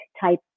type